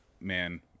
man